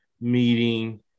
meeting